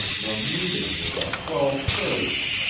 the meeting is at twelve-thirty.